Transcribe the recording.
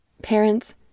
Parents